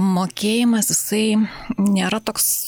mokėjimas jisai nėra toks